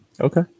Okay